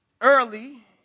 early